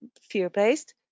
fear-based